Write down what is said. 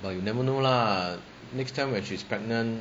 but you never know lah next time when she's pregnant